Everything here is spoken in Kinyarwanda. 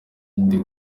ndi